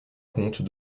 comte